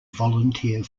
volunteer